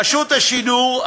רשות השידור,